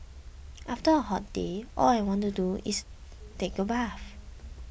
after a hot day all I want to do is take a bath